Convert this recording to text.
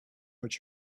but